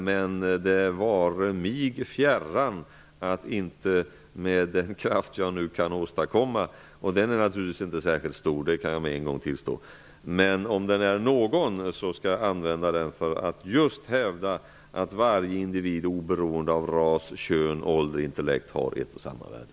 Men det vore mig fjärran att inte med den kraft som jag nu kan åstadkomma -- den är naturligtvis inte särskilt stor; det kan jag med en gång tillstå -- hävda att varje individ oberoende av ras, kön, ålder och intellekt har ett och samma värde.